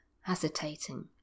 hesitating